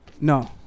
No